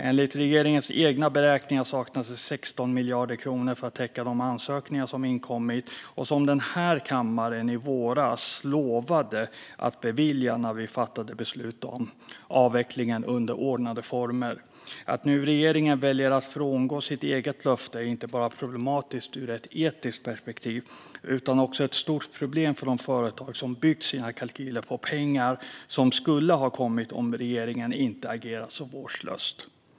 Enligt regeringens egna beräkningar saknas det 16 miljarder kronor för att täcka de ansökningar som inkommit och som den här kammaren i våras lovade att bevilja när vi fattade beslut om avvecklingen under ordnade former. Att regeringen nu väljer att frångå sitt eget löfte är inte bara problematiskt ur ett etiskt perspektiv utan också ett stort problem för de företag som byggt sina kalkyler på pengar som skulle ha kommit om regeringen inte agerat så vårdslöst.